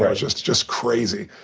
it was just just crazy.